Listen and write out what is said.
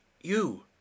you